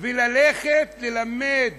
וללכת ללמד